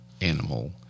animal